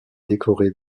décorée